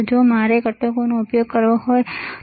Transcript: જો મારે આ ઘટકોનો ઉપયોગ કરવો હોય તો ખરું ને